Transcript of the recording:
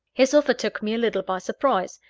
his offer took me a little by surprise.